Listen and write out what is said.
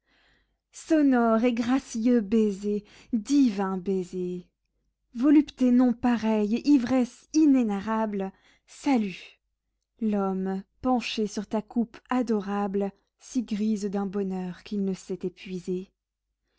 sonore et gracieux baiser divin baiser volupté non pareille ivresse inénarrable salut l'homme penché sur ta coupe adorable s'y grise d'un bonheur qu'il ne sait épuiser